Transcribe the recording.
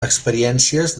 experiències